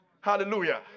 Hallelujah